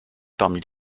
parmi